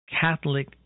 Catholic